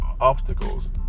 obstacles